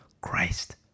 Christ